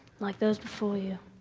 like those before you,